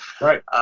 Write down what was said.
Right